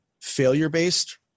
failure-based